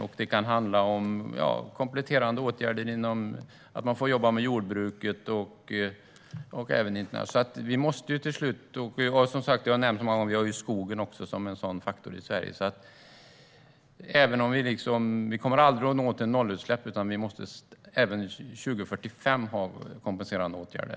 Det kan också handla om kompletterande åtgärder som att man får jobba med jordbruket och även internationellt. Jag har nämnt många gånger att vi också har skogen som en sådan faktor i Sverige. Vi kommer aldrig att nå fram till nollutsläpp, utan även 2045 måste vi ha kompletterande åtgärder.